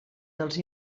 dels